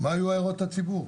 מה היו הערות הציבור.